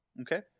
Okay